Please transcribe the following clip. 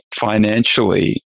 financially